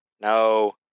No